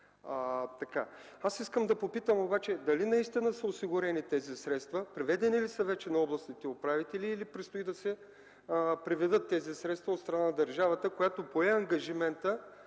Искам да попитам обаче: дали наистина са осигурени тези средства, преведени ли са вече на областните управители или предстои да се преведат от страна на държавата, която пое ангажимента